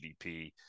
GDP